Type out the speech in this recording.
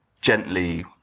gently